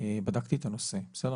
בדקתי את הנושא, בסדר?